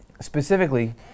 specifically